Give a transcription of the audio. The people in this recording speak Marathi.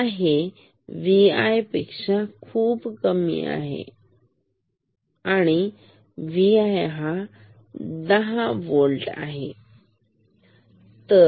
आता हे VI पेक्षा खूप कमी आहेVi 10 होल्ट आहे